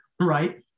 right